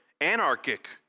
anarchic